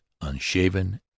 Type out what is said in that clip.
unshaven